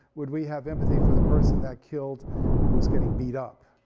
would we have empathy for the person that killed who was getting beat up?